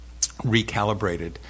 recalibrated